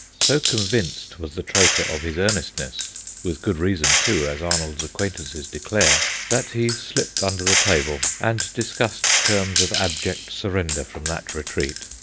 so convinced was the traitor of his earnestness with good reason, too, as arnold's acquaintances declare that he slipped under the table, and discussed terms of abject surrender from that retreat.